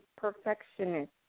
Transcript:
Perfectionist